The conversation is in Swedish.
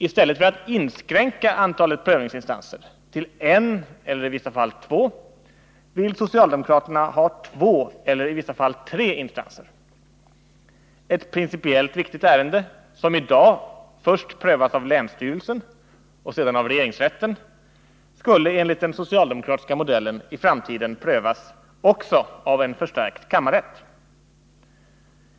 I stället för att inskränka antalet prövningsinstanser till en eller i vissa fall två vill socialdemokraterna ha två eller i vissa fall tre instanser. Ett principiellt viktigt ärende, som i dag först prövas av länsstyrelsen och sedan av regeringsrätten, skulle enligt den socialdemokratiska modellen i framtiden prövas också av en förstärkt kammarrätt.